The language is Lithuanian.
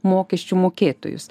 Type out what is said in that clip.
mokesčių mokėtojus